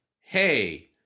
Hey